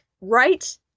Right